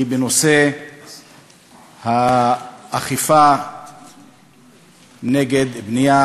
היא בנושא האכיפה נגד בנייה,